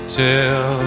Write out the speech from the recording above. tell